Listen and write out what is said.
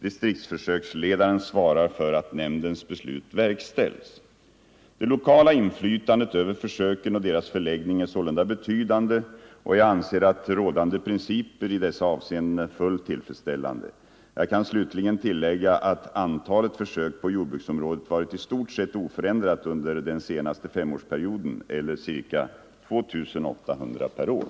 Distriktsförsöksledaren svarar för att nämndens beslut verkställs. Det lokala inflytandet över försöken och deras förläggning är sålunda betydande, och jag anser att rådande principer i dessa avseenden är fullt tillfredsställande. Jag kan slutligen tillägga att antalet försök på jordbruksområdet varit i stort oförändrat under den senaste femårsperioden, eller ca 2 800 per år.